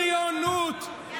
בריונות,